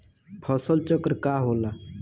फसल चक्र का होला?